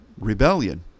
rebellion